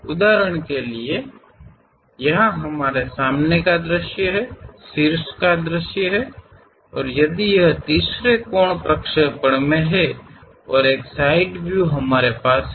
उदाहरण के लिए यहां हमारे सामने एक दृश्य है शीर्ष का दृश्य हैं यदि यह तीसरे कोण के प्रक्षेपण में है और एक साइड व्यू हमारे पास है